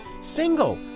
single